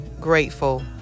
grateful